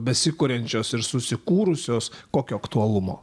besikuriančios ir susikūrusios kokio aktualumo